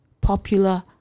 popular